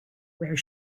where